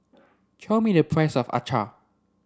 tell me the price of Acar